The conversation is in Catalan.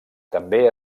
també